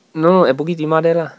no no at bukit timah there lah